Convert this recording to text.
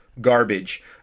garbage